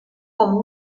como